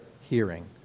hearing